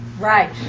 Right